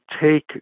take